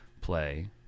play